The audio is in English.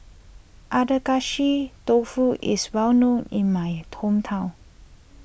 Agedashi Dofu is well known in my hometown